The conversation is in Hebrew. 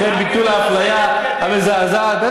אחרי ביטול האפליה המזעזעת.